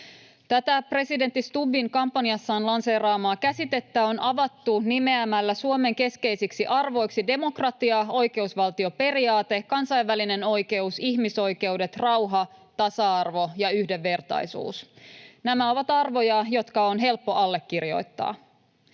Tätä presidentti Stubbin kampanjassaan lanseeraamaa käsitettä on avattu nimeämällä Suomen keskeisiksi arvoiksi demokratia, oikeusvaltioperiaate, kansainvälinen oikeus, ihmisoikeudet, rauha, tasa-arvo ja yhdenvertaisuus. Nämä ovat arvoja, jotka on helppo allekirjoittaa.